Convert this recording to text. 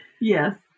Yes